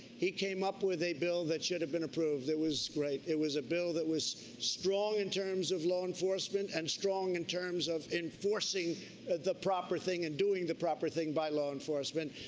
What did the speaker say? he came up with a bill that should have been approved. it was great. it was a bill that was strong in terms of law enforcement and strong in terms of enforcing the proper thing and doing the proper thing by law enforcement.